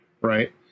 Right